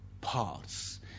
parts